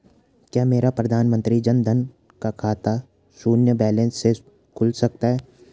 क्या मेरा प्रधानमंत्री जन धन का खाता शून्य बैलेंस से खुल सकता है?